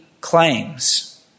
claims